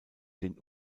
den